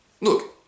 Look